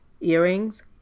Earrings